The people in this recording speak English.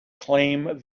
claim